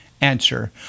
Answer